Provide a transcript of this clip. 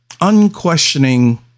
unquestioning